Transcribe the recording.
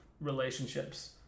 relationships